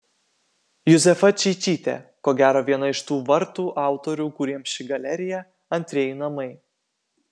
juzefa čeičytė ko gero viena iš tų vartų autorių kuriems ši galerija antrieji namai